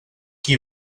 qui